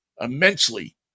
immensely